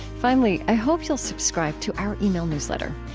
finally, i hope you'll subscribe to our email newsletter.